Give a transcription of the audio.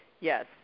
Yes